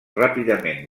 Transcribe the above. ràpidament